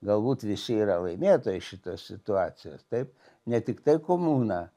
galbūt visi yra laimėtojai šitos situacijos taip ne tiktai komuna